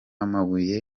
amabuye